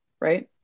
right